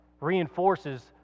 reinforces